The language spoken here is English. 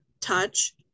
touch